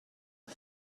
put